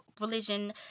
religion